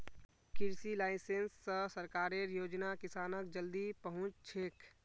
कृषि लाइसेंस स सरकारेर योजना किसानक जल्दी पहुंचछेक